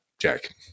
Jack